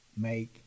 make